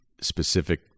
specific